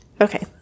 Okay